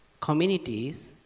communities